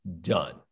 done